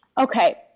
Okay